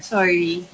Sorry